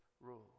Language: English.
rule